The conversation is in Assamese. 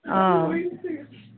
অ